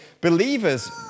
believers